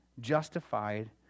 Justified